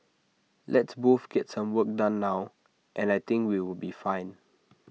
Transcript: let's both get some work done now and I think we will be fine